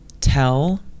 tell